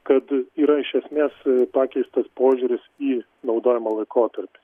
kad yra iš esmės pakeistas požiūris į naudojimo laikotarpį